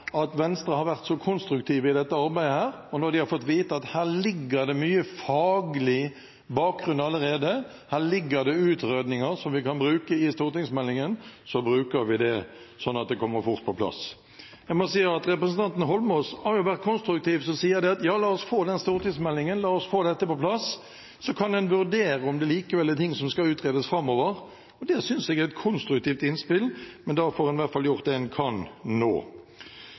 at Venstre har vært konstruktive i dette arbeidet. Da de fikk vite at det allerede foreligger mye faglig bakgrunn – utredninger som en kan bruke i stortingsmeldingen – bruker en det slik at dette kommer fort på plass. Jeg må si at representanten Eidsvoll Holmås har vært konstruktiv når han sier: La oss få denne stortingsmeldingen, la oss få dette på plass, så kan en vurdere om det likevel er ting som skal utredes framover. Det synes jeg er et konstruktivt innspill. Da får en i hvert fall gjort det en kan, nå.